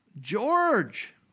George